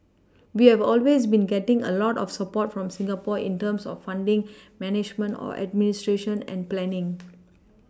we have always been getting a lot of support from Singapore in terms of funding management or administration and planning